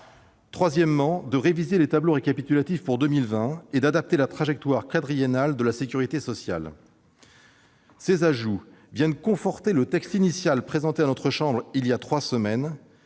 enfin entraîné une révision des tableaux récapitulatifs pour 2020 et une adaptation de la trajectoire quadriennale de la sécurité sociale. Ces ajouts viennent conforter le texte présenté à notre chambre il y a trois semaines